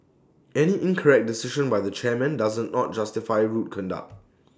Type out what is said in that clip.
any incorrect decision by the chairman does not justify rude conduct